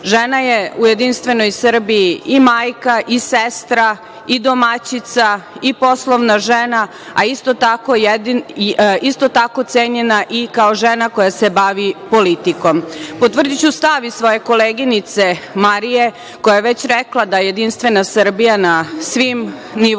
Žena je u JS i majka i sestra i domaćica i poslovna žena, a isto tako cenjena i kao žena koja se bavi politikom. Potvrdiću i stav svoje koleginice Marije, koja je već rekla da je JS na svim nivoima,